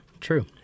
true